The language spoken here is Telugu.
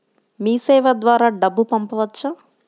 మీసేవ ద్వారా డబ్బు పంపవచ్చా?